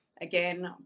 Again